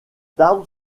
arbre